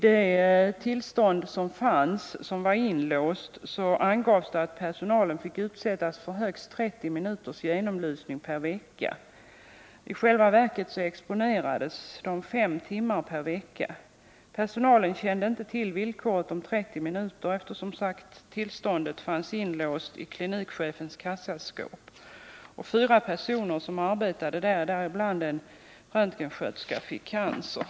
Det tillstånd som fanns var inlåst i klinikchefens kassaskåp. I tillståndet angavs det att personalen fick utsättas för högst 30 minuters genomlysning per vecka. I själva verket exponerades de anställda fem timmar per vecka. Personalen kände inte till villkoret om 30 minuter, eftersom tillståndet som sagt låg inlåst. Fyra pesoner som arbetade på laboratoriet — däribland en röntgensköterska — fick cancer.